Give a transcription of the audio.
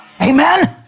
Amen